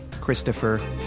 Christopher